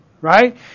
right